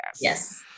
Yes